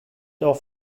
auch